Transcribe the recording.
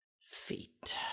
feet